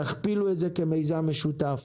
תכפילו את זה כמיזם משותף.